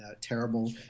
terrible